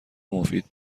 مفید